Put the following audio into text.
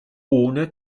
ohne